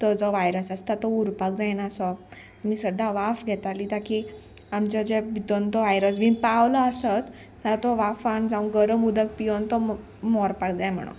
तो जो वायरस आसता तो उरपाक जायना सो आमी सद्दां वाफ घेताली ताकी आमच्या जे भितर तो वायरस बीन पावलो आसत जाल्यार तो वाफान जावं गरम उदक पियोन तो मोरपाक जाय म्हणोन